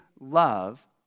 love